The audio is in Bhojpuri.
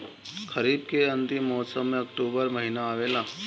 खरीफ़ के अंतिम मौसम में अक्टूबर महीना आवेला?